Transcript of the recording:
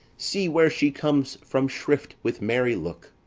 see where she comes from shrift with merry look.